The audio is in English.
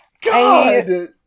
god